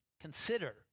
Consider